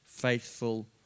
Faithful